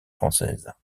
françaises